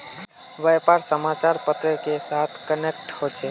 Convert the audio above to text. व्यापार समाचार पत्र के साथ कनेक्ट होचे?